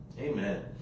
Amen